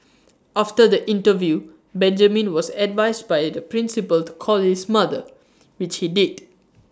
after the interview Benjamin was advised by the principal to call his mother which he did